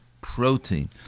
protein